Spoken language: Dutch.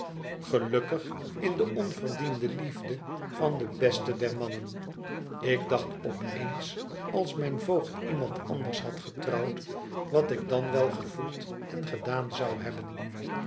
gelukkig in de onverdiende liefde van den beste der mannen ik dacht op eens als mijn voogd iemand anders had getrouwd wat ik dan wel gevoeld en gedaan zou hebben